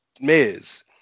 Miz